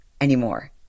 anymore